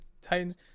Titans